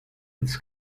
its